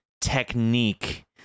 technique